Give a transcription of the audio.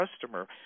customer